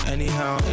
Anyhow